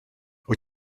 wyt